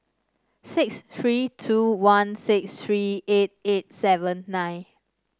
six three two one six three eight eight seven nine